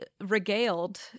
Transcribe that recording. regaled